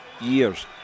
years